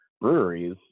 breweries